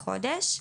בחודש.